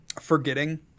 forgetting